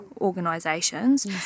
organisations